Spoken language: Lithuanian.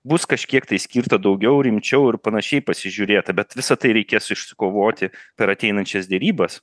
bus kažkiek tai skirta daugiau rimčiau ir panašiai pasižiūrėta bet visa tai reikės išsikovoti per ateinančias derybas